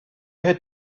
had